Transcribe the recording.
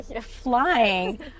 flying